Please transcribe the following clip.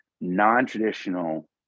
non-traditional